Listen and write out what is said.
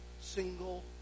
single